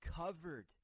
covered